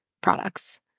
products